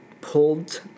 pulled